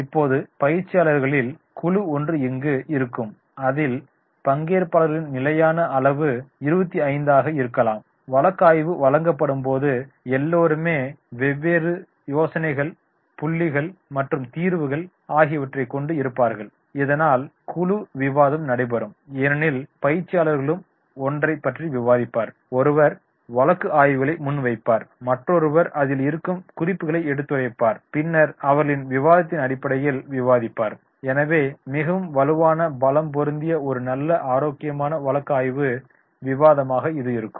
இப்போது பயிற்சியாளர்களின் குழு ஒன்று இங்கு இருக்கும் அதில் பங்கேற்பாளர்களின் நிலையான அளவு 25 ஆக இருக்கலாம் வழக்காய்வு வழங்கப்படும் போது எல்லோரும் வெவ்வேறு யோசனைகள் புள்ளிகள் மற்றும் தீர்வுகள் ஆகியவற்றைக் கொண்டு இருப்பார்கள் இதனால் குழு விவாதம் நடைபெறும் ஏனெனில் பயிற்சியாளர்களும் ஒன்றை பற்றி விவாதிப்பார் ஒருவர் வழக்கு ஆய்வுகளை முன்வைப்பார் மற்றொருவர் அதில் இருக்கும் குறிப்புகளை எடுத்துத்துறைப்பார் பின்னர் அவர்களின் விவாதத்தின் அடிப்படையில் விவாதிப்பார் எனவே மிகவும் வலுவான பலம் பொருந்திய ஒரு நல்ல ஆரோக்கியமான வழக்கு ஆய்வு விவாதமாக இது இருக்கும்